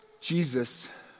Jesus